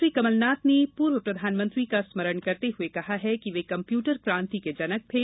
मुख्यमंत्री कमल नाथ ने पूर्व प्रधानमंत्री का स्मरण करते हुए कहा है कि वे कम्प्यूटर क्रान्ति के जनक थे